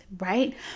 right